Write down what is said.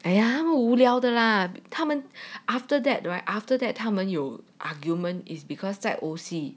!aiya! 他们无聊的啦他们 after that right after that 他们有 argument is because 在 O_C